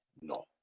no